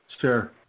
Sure